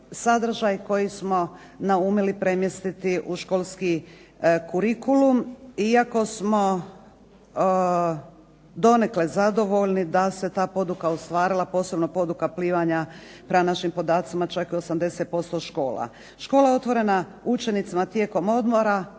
sadržaj koji smo naumili premjestiti u školski kurikulum iako smo donekle zadovoljni da se ta poduka ostvarila, posebno poduka plivanja prema našim podacima čak u 80% škola. Škola je otvorena učenicima tijekom odmora